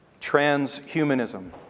Transhumanism